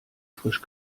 frisch